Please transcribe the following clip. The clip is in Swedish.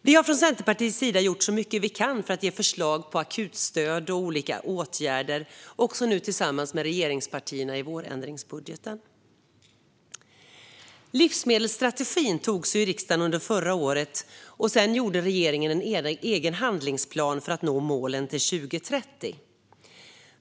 Vi har från Centerpartiets sida gjort så mycket vi kan för att ge förslag på akutstöd och olika åtgärder, och nu har vi också gjort det i vårändringsbudgeten tillsammans med regeringspartierna. Livsmedelsstrategin antogs i riksdagen förra året, och sedan gjorde regeringen en egen handlingsplan för att nå målen till 2030.